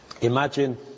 Imagine